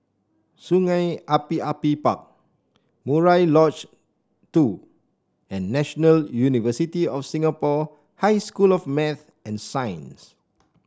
Sungei Api Api Park Murai Lodge Two and National University of Singapore High School of Math and Science